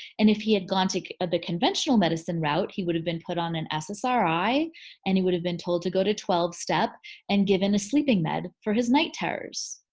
and if he had gone to ah the conventional medicine route he would have been put on an ssri and he would have been told to go to twelve step and given a sleeping bed for his night terrors.